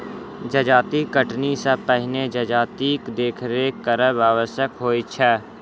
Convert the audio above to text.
जजाति कटनी सॅ पहिने जजातिक देखरेख करब आवश्यक होइत छै